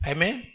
Amen